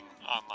online